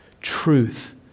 Truth